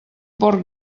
porc